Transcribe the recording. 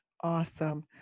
awesome